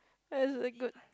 that's a good